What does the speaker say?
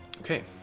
Okay